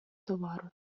товару